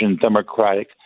democratic